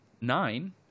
nine